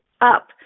up